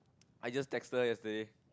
I just texted her yesterday